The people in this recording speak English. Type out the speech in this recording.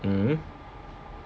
mmhmm